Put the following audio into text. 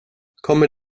kommer